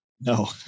No